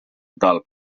del